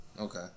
Okay